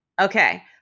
Okay